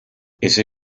ese